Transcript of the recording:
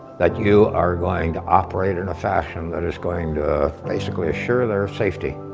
that you are going to operate in a fashion that is going to basically assure their safety,